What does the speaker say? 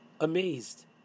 amazed